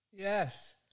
Yes